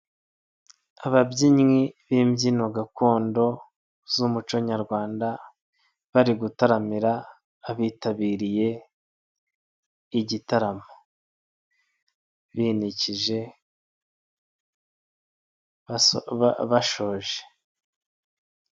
Ababyinnyi b'imbyino gakondo z'umuco Nyarwanda bari gutaramira abitabiriye igitaramo, binikije bashoje.